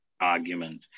argument